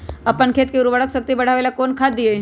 अपन खेत के उर्वरक शक्ति बढावेला कौन खाद दीये?